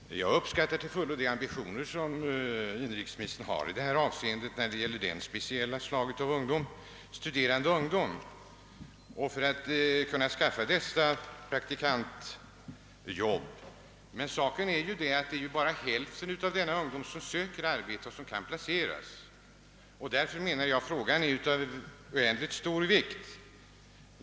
Herr talman! Jag uppskattar till fullo de ambitioner som inrikesministern har att skaffa praktikantarbete åt ungdomar som studerar. Emellertid är det ett faktum, att det är bara hälften av de ungdomar som söker arbete som kan placeras. Därför menar jag att frågan är av mycket stor vikt.